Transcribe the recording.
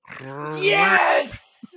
Yes